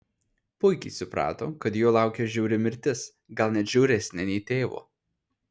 puikiai suprato kad jo laukia žiauri mirtis gal net žiauresnė nei tėvo